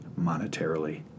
monetarily